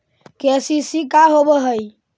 KCC का होव हइ?